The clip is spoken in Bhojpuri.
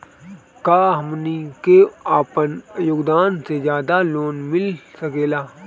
का हमनी के आपन योग्यता से ज्यादा लोन मिल सकेला?